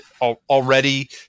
already